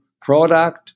product